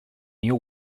new